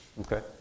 Okay